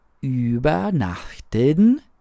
übernachten?«